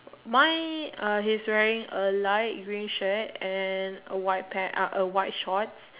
mine uh he's wearing a light green shirt and then a white pant uh a white shorts